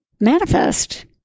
manifest